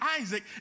Isaac